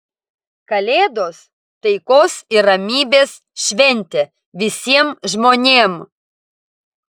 kalėdos taikos ir ramybės šventė visiem žmonėm